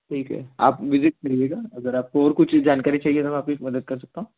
ठीक है आप विजिट करिएगा अगर आपको और कुछ जानकारी चाहिए तो मैं आपकी मदद कर सकता हूँ